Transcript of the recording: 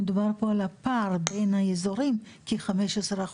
מדובר פה על הפער בין האזורים כ- 15%,